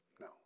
No